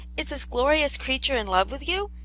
is this glorious creature in love with you?